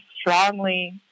strongly